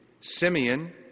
Simeon